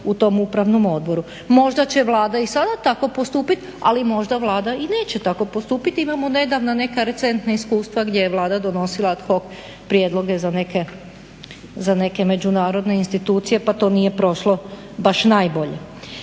u tom upravnom odboru. Možda će Vlada i sada tako postupit, ali možda Vlada i neće tako postupit. Imamo nedavno neka recentna iskustva gdje je Vlada donosila ad hoc prijedloge za neke međunarodne institucije pa to nije prošlo baš najbolje.